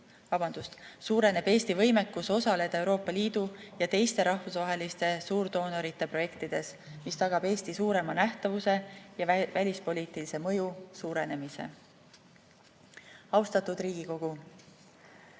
aastal suureneb Eesti võimekus osaleda Euroopa Liidu ja teiste rahvusvaheliste suurdoonorite projektides, mis tagab Eesti suurema nähtavuse ja välispoliitilise mõju suurenemise. Austatud Riigikogu!